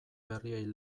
berriei